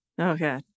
Okay